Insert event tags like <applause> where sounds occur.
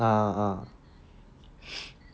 uh uh <breath>